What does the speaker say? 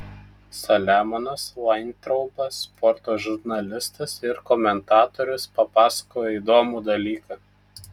saliamonas vaintraubas sporto žurnalistas ir komentatorius papasakojo įdomų dalyką